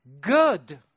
good